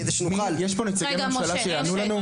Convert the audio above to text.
כדי שנוכל --- יש פה נציגי ממשלה שיענו לנו?